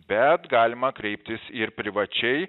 bet galima kreiptis ir privačiai